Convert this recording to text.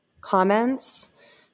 comments